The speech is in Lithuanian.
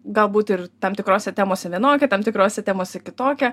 galbūt ir tam tikrose temose vienokia tam tikrose temose kitokia